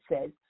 says